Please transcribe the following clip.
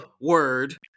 word